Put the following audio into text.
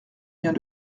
vient